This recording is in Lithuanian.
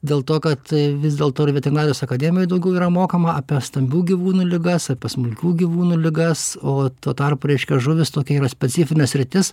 dėl to kad vis dėlto ir veterinarijos akademijoj daugiau yra mokama apie stambių gyvūnų ligas smulkių gyvūnų ligas o tuo tarpu reiškia žuvys tokia yra specifinė sritis